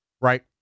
Right